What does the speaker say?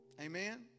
Amen